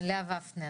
ופנר,